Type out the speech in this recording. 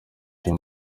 cyo